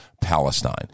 Palestine